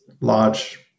large